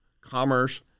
Commerce